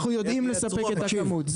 אנחנו יודעים לספק את הכמות.